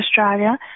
Australia